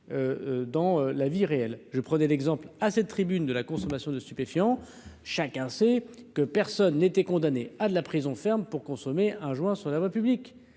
dans la vie réelle, je prenais l'exemple à cette tribune de la consommation de stupéfiants, chacun sait que personne n'était condamné à de la prison ferme pour consommer un joint sur la voie publique